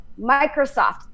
Microsoft